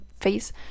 face